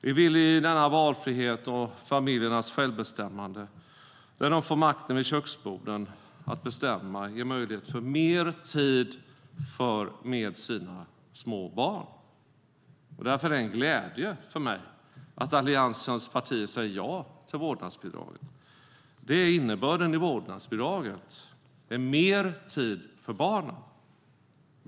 Vi vill med denna valfrihet och familjernas självbestämmande ge dem makten att vid köksborden bestämma och ge dem möjlighet för mer tid med sina små barn. Därför är det en glädje för mig att Alliansens partier säger ja till vårdnadsbidraget. Innebörden i vårdnadsbidraget är mer tid för barnen.